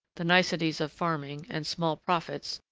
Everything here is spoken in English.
the niceties of farming, and small profits,